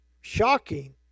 shocking